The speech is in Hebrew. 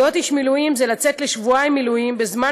להיות איש מילואים זה לצאת לשבועיים מילואים בזמן